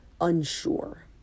unsure